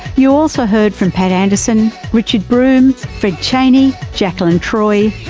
you also heard from pat anderson, richard broome, fred chaney, jakelin troy,